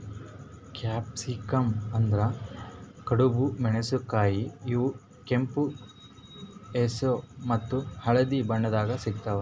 capsicum ಅಂದ್ರ ಡಬ್ಬು ಮೆಣಸಿನಕಾಯಿ ಇವ್ ಕೆಂಪ್ ಹೆಸ್ರ್ ಮತ್ತ್ ಹಳ್ದಿ ಬಣ್ಣದಾಗ್ ಸಿಗ್ತಾವ್